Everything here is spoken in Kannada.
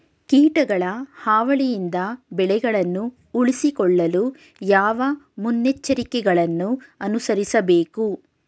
ಕೀಟಗಳ ಹಾವಳಿಯಿಂದ ಬೆಳೆಗಳನ್ನು ಉಳಿಸಿಕೊಳ್ಳಲು ಯಾವ ಮುನ್ನೆಚ್ಚರಿಕೆಗಳನ್ನು ಅನುಸರಿಸಬೇಕು?